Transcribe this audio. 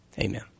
amen